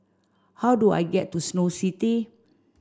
how do I get to Snow City